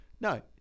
no